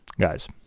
Guys